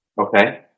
Okay